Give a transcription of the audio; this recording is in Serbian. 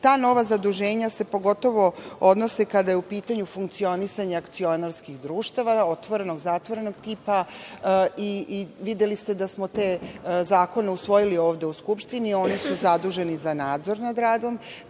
Ta nova zaduženja se odnose kada je u pitanju funkcionisanje akcionarskih društava, otvorenog zatvorenog tipa. Videli ste da smo te zakone usvojili u Skupštini. Oni su zaduženi za nadzor nad radom